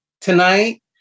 tonight